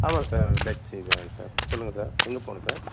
ஆமாம் sir taxi தான் sir சொல்லுங்க சார் எங்கே போகணும் சார்